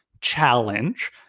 challenge